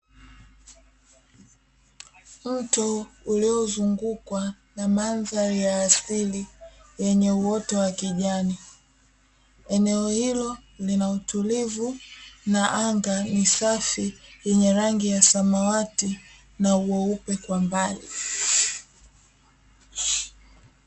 Mto uliozungukwa na mandhari ya asili yenye uoto wa kijani, eneo hilo linautulivu na anga ni safi lenye rangi ya samawati na weupe kwa mbali.